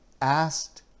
asked